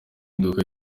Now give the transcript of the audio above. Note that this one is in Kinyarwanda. iduka